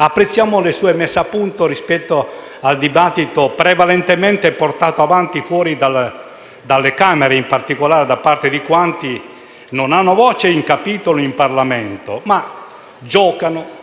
Apprezziamo le sue messe a punto rispetto al dibattito prevalentemente portato avanti fuori dalle Camere, in particolare da parte di quanti non hanno voce in capitolo in Parlamento, ma giocano,